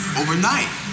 overnight